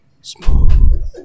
smooth